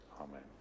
Amen